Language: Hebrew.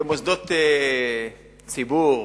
במוסדות ציבור,